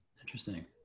interesting